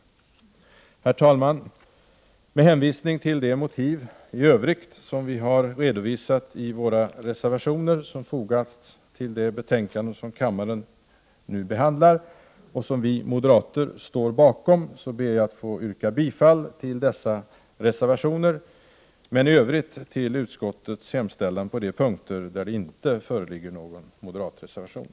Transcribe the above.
Med hänvisning till de motiv i övrigt som vi anfört i de reservationer som vi moderater står bakom som fogats till betänkandet, ber jag att få yrka bifall till dessa, men i övrigt till utskottets hemställan på de punkter där det inte föreligger någon moderat reservation.